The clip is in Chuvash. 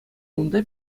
унта